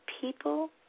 people